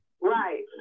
Right